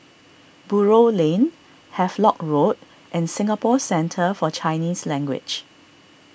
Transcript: Buroh Lane Havelock Road and Singapore Centre for Chinese Language